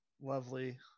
lovely